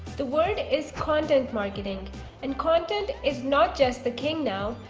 the word is content marketing and content is not just the king now.